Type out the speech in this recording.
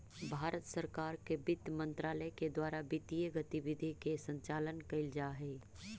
भारत सरकार के वित्त मंत्रालय के द्वारा वित्तीय गतिविधि के संचालन कैल जा हइ